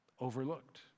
overlooked